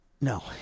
No